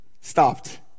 stopped